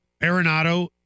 Arenado